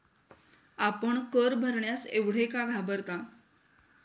आपण कर भरण्यास एवढे का घाबरता?